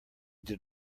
did